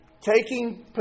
taking